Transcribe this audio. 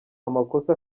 amakosa